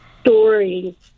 story